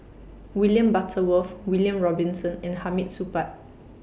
William Butterworth William Robinson and Hamid Supaat